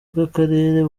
bw’akarere